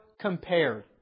compared